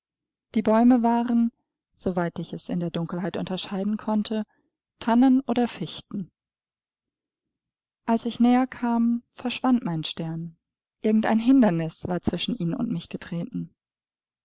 die bäume waren so weit ich es in der dunkelheit unterscheiden konnte tannen oder fichten als ich näher kam verschwand mein stern irgend ein hindernis war zwischen ihn und mich getreten